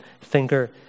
thinker